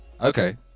Okay